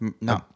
No